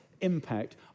impact